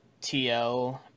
TL